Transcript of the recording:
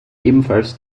ebenfalls